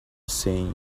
sign